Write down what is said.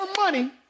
money